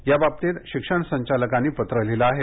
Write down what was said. याबाबतीत शिक्षण संचालकांनी पत्र लिहिलं आहे